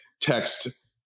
text